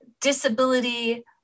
disability